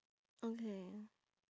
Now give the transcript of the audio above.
okay